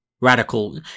Radical